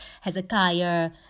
Hezekiah